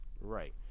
Right